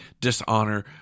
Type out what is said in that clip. dishonor